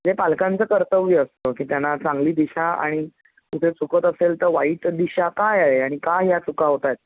जे पालकांचं कर्तव्य असतं की त्यांना चांगली दिशा आणि कुठे चुकत असेल तर वाईट दिशा काय आहे आणि का या चुका होत आहेत